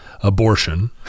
abortion